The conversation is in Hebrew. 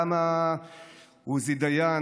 למה עוזי דיין,